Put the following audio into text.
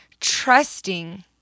trusting